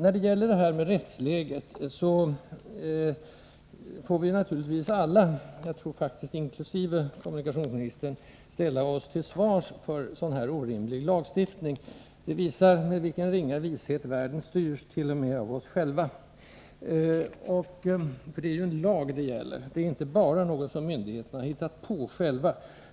När det gäller rättsläget får vi naturligtvis alla — jag tror faktiskt inklusive kommunikationsministern — ta ansvaret för en sådan här orimlig lagstiftning. Det visar med vilken ringa vishet världen styrs —t.o.m. av oss själva. Det är en lag det gäller — det är inte bara någonting som myndigheterna själva har hittat på, även om